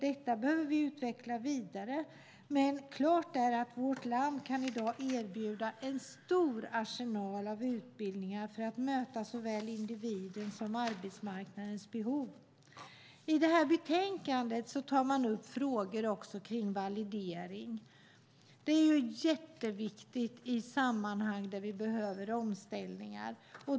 Detta behöver vi utveckla vidare, men klart är att vårt land i dag kan erbjuda en stor arsenal av utbildningar för att möta såväl individens som arbetsmarknadens behov. I detta betänkande tar man också upp frågor kring validering. Det är jätteviktigt i sammanhang där vi behöver omställningar.